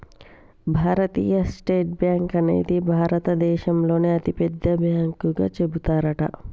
భారతీయ state bank అనేది భారత దేశంలోనే అతి పెద్ద బ్యాంకు గా చెబుతారట